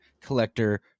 collector